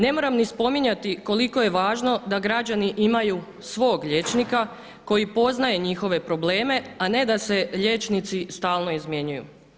Ne moram ni spominjati koliko je važno da građani imaju svog liječnika koji poznaje njihove probleme, a ne da se liječnici stalno izmjenjuju.